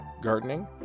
gardening